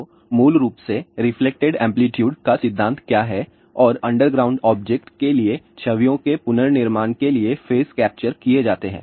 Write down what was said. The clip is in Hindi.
तो मूल रूप से रेफ्लेक्टेड एम्पलीटूड का सिद्धांत क्या है और अंडरग्राउंड ऑब्जेक्ट के लिए छवियों के पुनर्निर्माण के लिए फेज कैप्चर किए जाते हैं